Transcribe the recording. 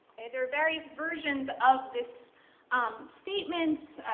there are various versions of this um statement,